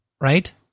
right